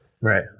Right